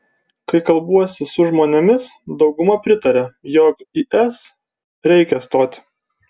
kai kalbuosi su žmonėmis dauguma pritaria jog į es reikia stoti